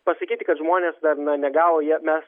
pasakyti kad žmonės dar na negavo jie mes